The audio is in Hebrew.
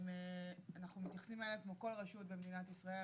אנחנו מתייחסים אליהם כמו כל רשות במדינת ישראל,